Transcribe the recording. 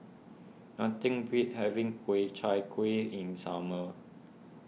nothing beats having Ku Chai Kueh in summer